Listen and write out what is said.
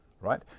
right